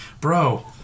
bro